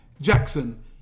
Jackson